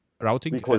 Routing